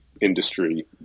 industry